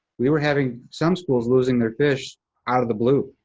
we were having some schools losing their fish out of the blue,